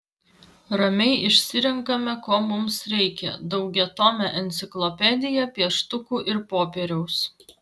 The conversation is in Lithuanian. ramiai išsirenkame ko mums reikia daugiatomę enciklopediją pieštukų ir popieriaus